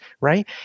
right